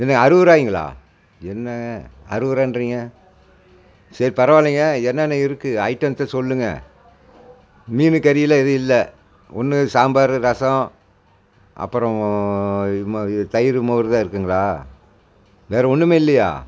ஏங்க அறுபது ருபாய்ங்களா என்னங்க அறுபது ருபான்றீங்க சரி பரவாயில்லைங்க என்னென்ன இருக்குது ஐட்டத்தை சொல்லுங்க மீனு கறியெல்லாம் எதுவும் இல்லை ஒன்று சாம்பார் ரசம் அப்புறம் இதுமா இ தயிர் மோர் தான் இருக்குங்களா வேறு ஒன்றுமே இல்லையா